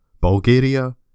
Bulgaria